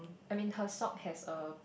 I mean her sock has a